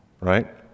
right